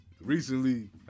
Recently